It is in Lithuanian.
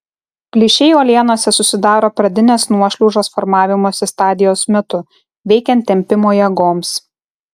plyšiai uolienose susidaro pradinės nuošliaužos formavimosi stadijos metu veikiant tempimo jėgoms